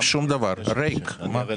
ריק.